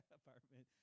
apartment